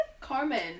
Carmen